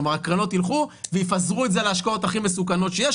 כלומר הקרנות יילכו ויפזרו את זה להשקעות הכי מסוכנות שיש,